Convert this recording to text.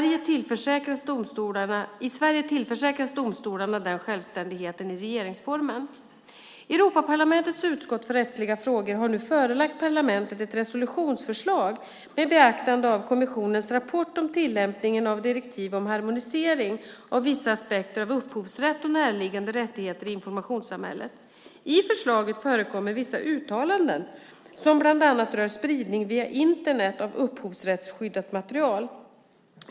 I Sverige tillförsäkras domstolarna denna självständighet i regeringsformen. Europaparlamentets utskott för rättsliga frågor har nu förelagt parlamentet ett resolutionsförslag med beaktande av kommissionens rapport om tillämpningen av direktivet om harmonisering av vissa aspekter av upphovsrätt och närliggande rättigheter i informationssamhället. I förslaget förekommer vissa uttalanden som bland annat rör spridning via Internet av upphovsrättsskyddat material.